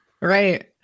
right